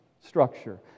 structure